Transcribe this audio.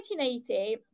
1980